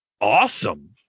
awesome